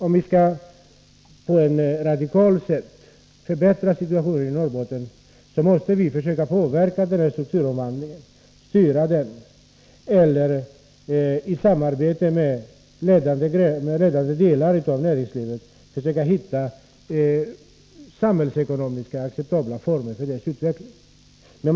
Om vi på ett radikalt sätt skall kunna förbättra situationen i Norrbotten måste vi försöka styra strukturomvandlingen eller i samarbete med ledande delar av näringslivet försöka hitta samhällsekonomiskt acceptabla former för dess utveckling.